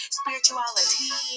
spirituality